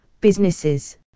businesses